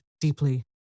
deeply